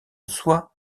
soi